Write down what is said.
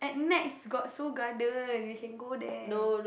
at Nex got Seoul-Garden we can go there